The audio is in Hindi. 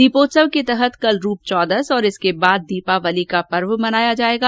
दीपोत्सव के तहत कल रूप चौदस और इसके बाद दीपावली का पर्व मनाया जायेगा